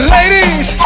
Ladies